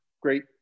great